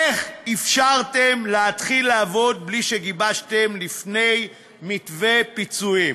איך אפשרתם להתחיל לעבוד בלי שגיבשתם לפני כן מתווה פיצויים?